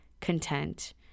content